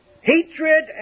hatred